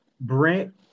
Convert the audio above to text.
Brent